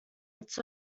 its